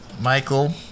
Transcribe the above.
Michael